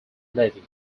levy